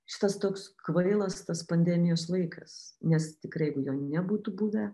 šitas toks kvailas tas pandemijos laikas nes tikrai jeigu jo nebūtų buvę